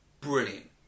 brilliant